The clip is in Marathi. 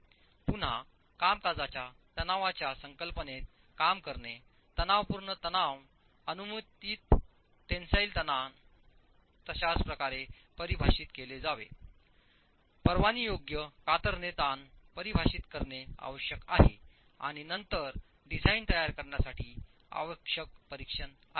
पुन्हा कामकाजाच्या तणावाच्या संकल्पनेत काम करणे तणावपूर्ण तणाव अनुमत टेन्सिल ताण तशाच प्रकारे परिभाषित केले जावेपरवानगीयोग्य कातरणे ताण परिभाषित करणे आवश्यक आहे आणि नंतर डिझाइन तयार करण्यासाठी आवश्यक परीक्षण आहेत